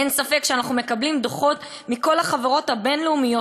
אין ספק שאנחנו מקבלים דוחות מכל החברות הבין-לאומיות",